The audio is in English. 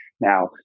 Now